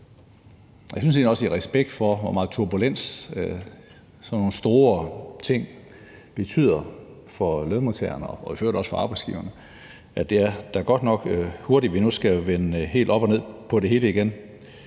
jeg synes egentlig også, at det i respekt for, hvor meget turbulens sådan nogle store ting betyder for lønmodtagerne og i øvrigt også for arbejdsgiverne, da godt nok er hurtigt derefter, vi nu skal vende helt op og ned på det hele igen.